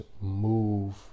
move